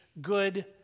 good